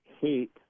hate